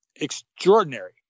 extraordinary